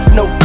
no